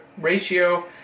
ratio